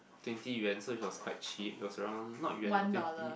twenty yuan so it was cheap it was around not yuan liek twenty